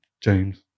james